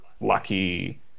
lucky